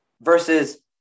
versus